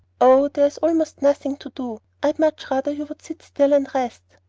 oh, there is almost nothing to do. i'd much rather you would sit still and rest.